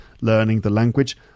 language